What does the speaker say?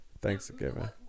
Thanksgiving